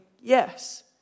yes